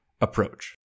approach